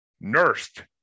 nursed